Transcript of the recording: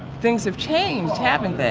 things have changed, haven't they?